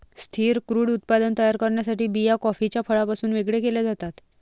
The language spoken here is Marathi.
स्थिर क्रूड उत्पादन तयार करण्यासाठी बिया कॉफीच्या फळापासून वेगळे केल्या जातात